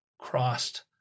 crossed